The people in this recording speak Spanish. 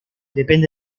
depende